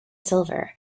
silver